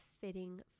fitting